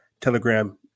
Telegram